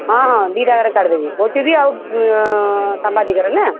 ହଁ ହଁ ଦୁଇଟା ଯାକରେ କାଢ଼ିଦେବି ଓ ଟି ଭି ଆଉ ସାମ୍ବାଦିକରେ ନା